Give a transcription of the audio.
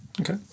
Okay